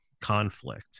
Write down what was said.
conflict